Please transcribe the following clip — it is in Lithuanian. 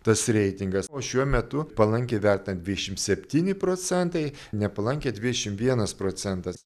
tas reitingas o šiuo metu palankiai vertina dvidešimt septyni procentai nepalankiai dvidešimt vienas procentas